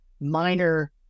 minor